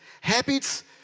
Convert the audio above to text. Habits